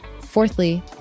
Fourthly